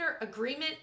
agreement